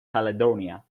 caledonia